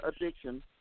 addiction